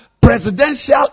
presidential